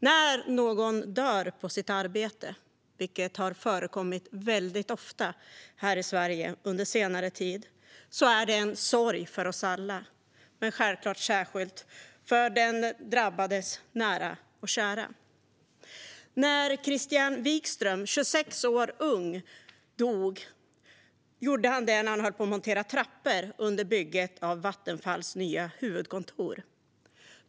När någon dör på sitt arbete, vilket har förekommit väldigt ofta här i Sverige under senare tid, är det en sorg för oss alla men självklart särskilt för den drabbades nära och kära. Christian Wikström dog 26 år ung när han höll på att montera trappor under bygget av Vattenfalls nya huvudkontor.